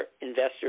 investors